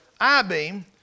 I-beam